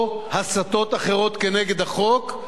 או הסתות אחרות כנגד החוק,